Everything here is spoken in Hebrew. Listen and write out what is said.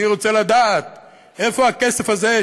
אני רוצה לדעת איפה הכסף הזה,